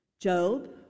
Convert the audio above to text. Job